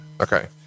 Okay